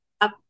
up